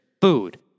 food